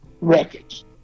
records